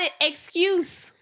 excuse